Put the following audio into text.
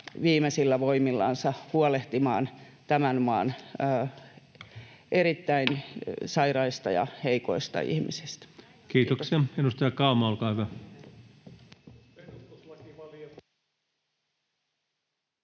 viimeisillä voimillansa huolehtimaan tämän maan erittäin sairaista ja heikoista ihmisistä. Kiitoksia. — Edustaja Kauma, olkaa hyvä.